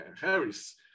Harris